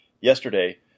yesterday